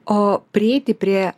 o prieiti prie